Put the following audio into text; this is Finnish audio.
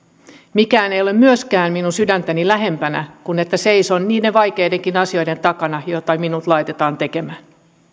mikään ei ole myöskään minun sydäntäni lähempänä kuin että seison niiden vaikeidenkin asioiden takana jotka minut laitetaan tekemään